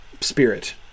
spirit